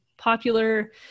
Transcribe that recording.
popular